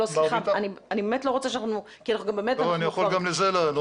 כי אנחנו כבר --- אני יכול גם לזה לענות.